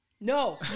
No